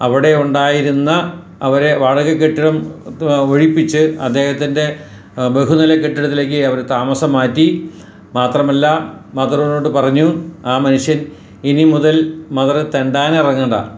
അവടെ ഉണ്ടായിരുന്ന അവരെ വാടക കെട്ടിടം ഒഴിപ്പിച്ച് അദ്ദേഹത്തിൻ്റെ ബഹുനില കെട്ടിടത്തിലേക്ക് അവര് താമസം മാറ്റി മാത്രമല്ല മദറിനോട് പറഞ്ഞു ആ മനുഷ്യൻ ഇനിമുതൽ മദറ് തെണ്ടാന് ഇറങ്ങേണ്ട